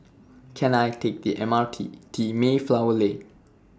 Can I Take The M R T T Mayflower Lane